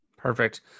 Perfect